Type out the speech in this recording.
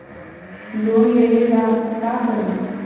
Loan लेबे ला का करि?